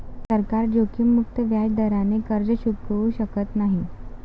सरकार जोखीममुक्त व्याजदराने कर्ज चुकवू शकत नाही